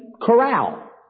corral